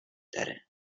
داره